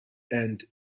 and